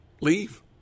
leave